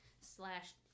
slash